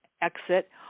exit